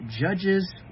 Judges